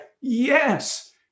Yes